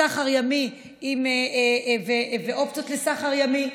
סחר ימי ואופציות לסחר ימי,